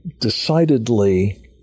decidedly